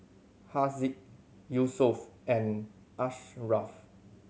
Haziq Yusuf and Ashraff